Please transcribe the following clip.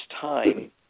time